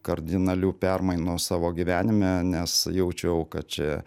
kardinalių permainų savo gyvenime nes jaučiau kad čia